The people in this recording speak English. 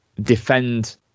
defend